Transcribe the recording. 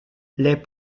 les